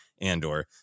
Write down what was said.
Andor